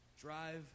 Drive